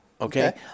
Okay